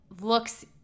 looks